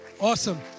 Awesome